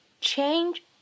change